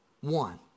one